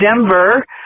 Denver